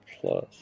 plus